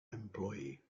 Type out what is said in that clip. employee